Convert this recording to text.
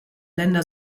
länder